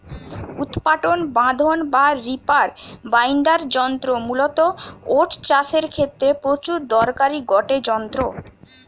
উৎপাটন বাঁধন বা রিপার বাইন্ডার যন্ত্র মূলতঃ ওট চাষের ক্ষেত্রে প্রচুর দরকারি গটে যন্ত্র